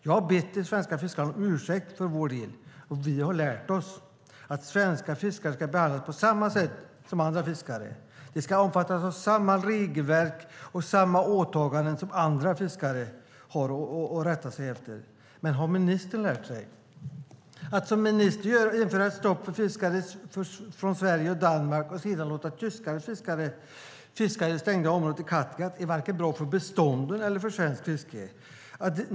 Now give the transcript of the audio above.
Jag har bett de svenska fiskarna om ursäkt för vår del, och vi har lärt oss att svenska fiskare ska behandlas på samma sätt som andra fiskare. De ska omfattas av samma regelverk och samma åtaganden som andra fiskare har att rätta sig efter. Men har ministern lärt sig? Att som ministern gör införa ett stopp för fiskare från Sverige och Danmark och sedan låta tyska fiskare fiska i det stängda området i Kattegatt är varken bra för bestånden eller för svenskt fiske.